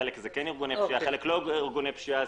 חלק הם ארגוני פשיעה וחלק לא ארגוני פשיעה.